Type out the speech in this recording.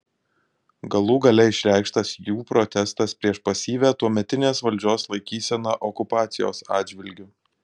galų gale išreikštas jų protestas prieš pasyvią tuometinės valdžios laikyseną okupacijos atžvilgiu